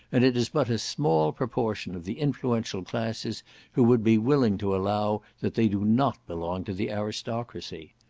and it is but a small proportion of the influential classes who would be willing to allow that they do not belong to the aristocracy.